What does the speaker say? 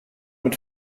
mit